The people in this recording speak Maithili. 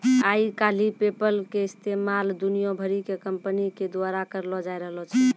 आइ काल्हि पेपल के इस्तेमाल दुनिया भरि के कंपनी के द्वारा करलो जाय रहलो छै